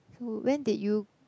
so when did you